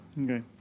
Okay